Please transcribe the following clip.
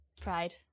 Pride